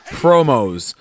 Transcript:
promos